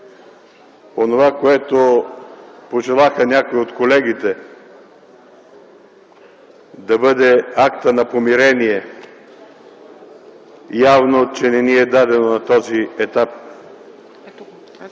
Онова, което пожелаха някои от колегите – да бъде акта на помирение, явно, че не ни е дадено на този етап. Не сме